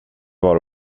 var